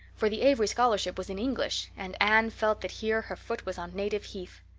for the avery scholarship was in english, and anne felt that here her foot was on native heath.